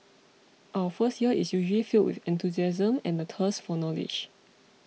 our first year is usually filled with enthusiasm and the thirst for knowledge